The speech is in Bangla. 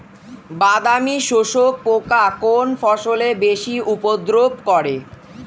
বাদামি শোষক পোকা কোন ফসলে বেশি উপদ্রব করে?